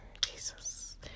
Jesus